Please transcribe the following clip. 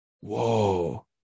whoa